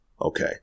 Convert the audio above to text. Okay